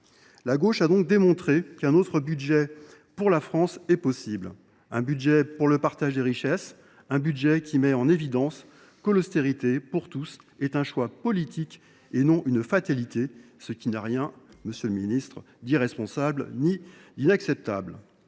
La gauche a ainsi démontré qu’un autre budget pour la France était possible : un budget du partage des richesses, qui met en évidence que l’austérité pour tous est un choix politique et non une fatalité, ce qui n’a rien, messieurs les ministres, d’irresponsable ni d’inacceptable.